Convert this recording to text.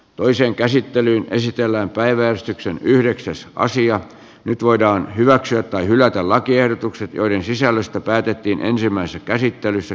toiseen käsittelyyn esitellään päiväystyksen yhdeksässä asiat nyt voidaan hyväksyä tai hylätä lakiehdotukset joiden sisällöstä päätettiin ensimmäisessä käsittelyssä